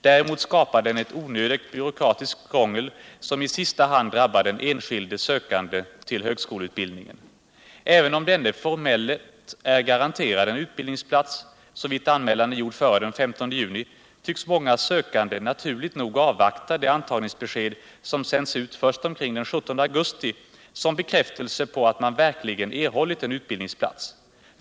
Däremot skapar den ett onödigt byråkratiskt krångel, som i sista hand drabbar den enskilde sökanden till högskoleutbildningen. Även om denne formellt är garanterad en utbildningsplats, såvitt anmälan är gjord före den 15 juni, tycks många sökande naturligt nog avvakta det antagningsbesked som sänds ut först omkring den 17 augusti som bekräftelse på att man verkligen erhållit en utbildningsplats.